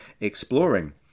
exploring